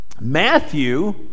Matthew